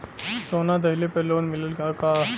सोना दहिले पर लोन मिलल का?